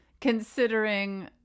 considering